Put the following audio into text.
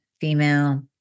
female